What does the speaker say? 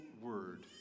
word